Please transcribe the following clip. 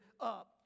up